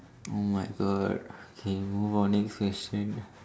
oh my God okay move on next question